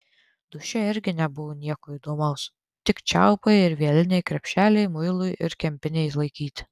duše irgi nebuvo nieko įdomaus tik čiaupai ir vieliniai krepšeliai muilui ir kempinei laikyti